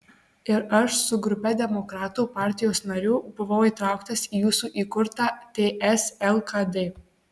ir aš su grupe demokratų partijos narių buvau įtrauktas į jūsų įkurtą ts lkd